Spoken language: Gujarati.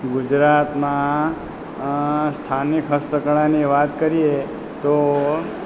ગુજરાતમાં સ્થાનિક હસ્તકળાની વાત કરીએ તો